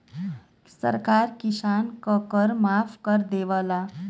सरकार किसान क कर माफ कर देवला